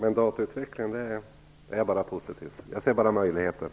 Datautvecklingen ser jag bara möjligheter i.